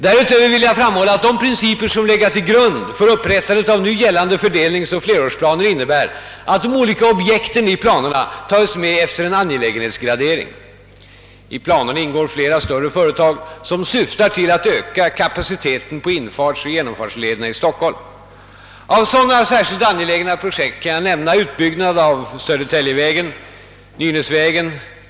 Därutöver vill jag framhålla att de principer som legat till grund för upprättandet av nu gällande fördelningsoch flerårsplaner innebär att de olika objekten i planerna tagits med efter en angelägenhetsgradering. I planerna ingår flera större företag som syftar till att öka kapaciteten på infartsoch genomfartslederna i Stockholm. Av sådana särskilt angelägna projekt kan jag nämna utbyggnad av Södertäljevägen, Nynäsvägen.